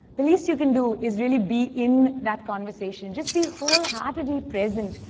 the least you can do is really be in that conversation. just be wholeheartedly present,